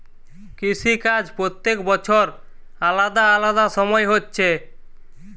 কৃষি কাজ প্রত্যেক বছর আলাদা আলাদা সময় হচ্ছে